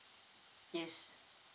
yes